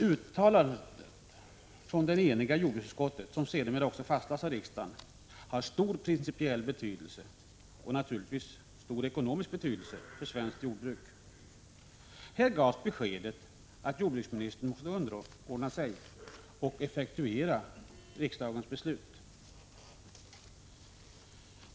Uttalandet från det eniga jordbruksutskottet, som sedermera också fastlades av riksdagen, har stor principiell betydelse och är naturligtvis av stor ekonomisk betydelse för svenskt jordbruk. Här gavs beskedet att jordbruksministern måste underordna sig och effektuera riksdagens beslut.